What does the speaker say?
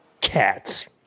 cats